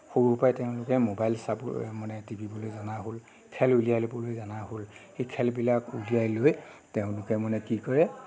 সৰুৰ পৰাই তেওঁলোকে ম'বাইল চাব মানে টিপিবলৈ জনা হ'ল খেল উলিয়াই ল'বলৈ জনা হ'ল এই খেলবিলাক উলিয়াই লৈ তেওঁলোকে মানে কি কৰে